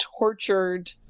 tortured